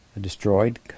destroyed